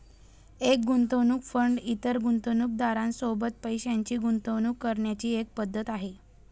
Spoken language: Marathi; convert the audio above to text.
एक गुंतवणूक फंड इतर गुंतवणूकदारां सोबत पैशाची गुंतवणूक करण्याची एक पद्धत आहे